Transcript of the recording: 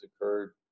occurred